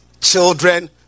children